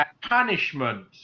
punishment